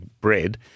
bread